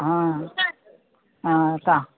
हँ हँ तऽ